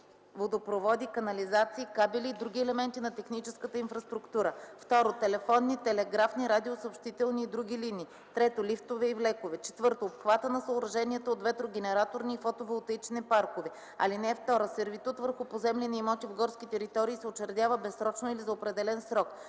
водопроводи, канализации, кабели и други елементи на техническата инфраструктура; 2. телефонни, телеграфни, радиосъобщителни и други линии; 3. лифтове и влекове; 4. обхвата на съоръжения от ветрогенераторни и фотоволтаични паркове. (2) Сервитут върху поземлени имоти в горски територии се учредява безсрочно или за определен срок: